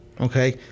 Okay